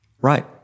Right